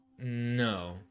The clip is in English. No